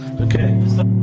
Okay